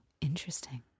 interesting